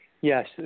Yes